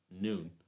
noon